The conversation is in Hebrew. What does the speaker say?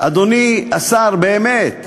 אדוני השר, באמת,